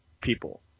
people